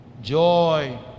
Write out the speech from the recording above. Joy